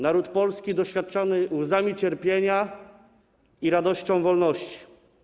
Naród polski doświadczony łzami cierpienia i radością wolności.